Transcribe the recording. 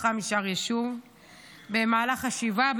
משפחה משאר ישוב במהלך השבעה,